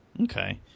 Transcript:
Okay